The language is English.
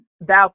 thou